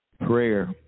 prayer